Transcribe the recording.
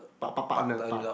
pa~ pa~ partner part~